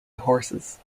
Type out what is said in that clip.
horses